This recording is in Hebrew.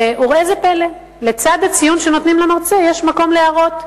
וראה זה פלא: לצד הציון שנותנים למרצה יש מקום להערות,